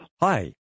Hi